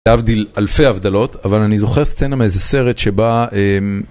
להבדיל אלפי הבדלות, אבל אני זוכר סצנה מאיזה סרט שבא...